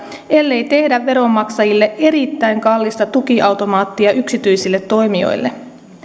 ellei tehdä veronmaksajille erittäin kallista tukiautomaattia yksityisille toimijoille